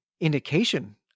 indication